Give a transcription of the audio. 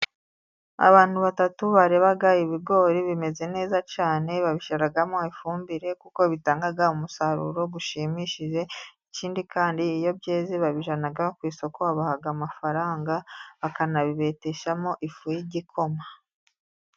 Abantu batatu barebaga ibigori bimeze neza cyane. Babishyiramo ifumbire kuko bitanga umusaruro ushimishije, ikindi kandi iyo byeze babijyana ku isoko babaha amafaranga, bakanabibeteshamo ifu y'igikoma.